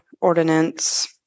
ordinance